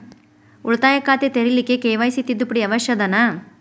ಉಳಿತಾಯ ಖಾತೆ ತೆರಿಲಿಕ್ಕೆ ಕೆ.ವೈ.ಸಿ ತಿದ್ದುಪಡಿ ಅವಶ್ಯ ಅದನಾ?